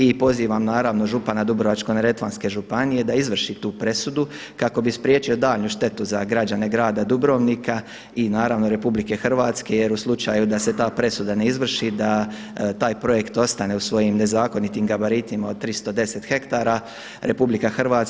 I pozivam, naravno župana Dubrovačko-neretvanske županije da izvrši tu presudu kako bi spriječio daljnju štetu za građane grada Dubrovnika i naravno Republike Hrvatske, jer u slučaju da se ta presuda ne izvrši da taj projekt ostane u svojim nezakonitim gabaritima od 310 hektara.